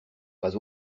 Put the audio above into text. pas